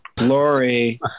Lori